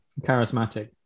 charismatic